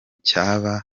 cyaba